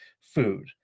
food